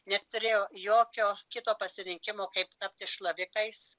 neturėjo jokio kito pasirinkimo kaip tapti šlavikais